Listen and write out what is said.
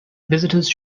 visitors